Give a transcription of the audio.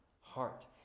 heart